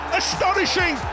astonishing